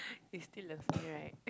you still love me right